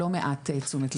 לא מעט תשומת לב.